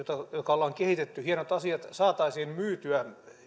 ollaan kehitetty saataisiin myytyä